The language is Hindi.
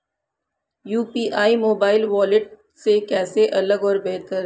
यू.पी.आई मोबाइल वॉलेट से कैसे अलग और बेहतर है?